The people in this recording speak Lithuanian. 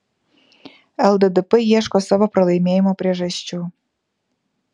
lddp ieško savo pralaimėjimo priežasčių